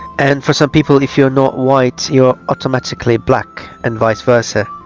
and for some people, if you're not white, you're automatically black and vice versa